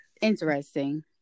interesting